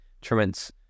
tremendous